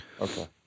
Okay